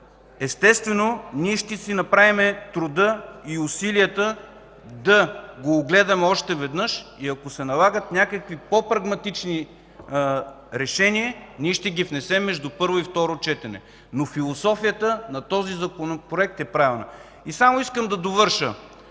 Естествено, ние ще си направим труда и усилията да го огледаме още веднъж и ако се налагат някакви по-прагматични решения, ще ги внесем между първо и второ четене, но философията на този Законопроект е правилна. Само искам да довърша.